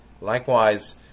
Likewise